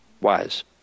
Wise